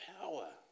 power